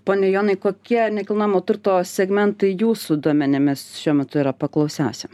pone jonai kokie nekilnojamo turto segmentai jūsų duomenimis šiuo metu yra paklausiausi